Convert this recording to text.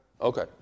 Okay